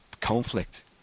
conflict